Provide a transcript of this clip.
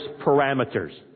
parameters